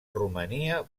romania